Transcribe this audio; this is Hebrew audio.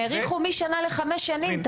האריכו משנה לחמש שנים.